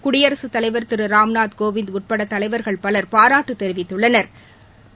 குடியரசுத்தலைவா் திரு ராம்நாத் கோவிந்த் உட்பட தலைவர்கள் பலா் பாராட்டு தெரிவித்துள்ளனா்